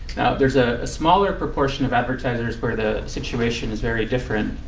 there's ah a smaller proportion of advertisers where the situation is very different.